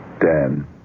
Dan